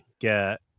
get